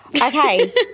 Okay